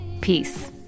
Peace